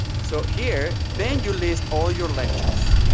so here, then you list all your lectures.